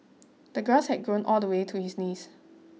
the grass had grown all the way to his knees